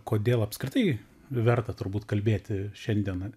kodėl apskritai verta turbūt kalbėti šiandien